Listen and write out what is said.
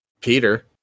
Peter